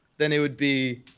then it would be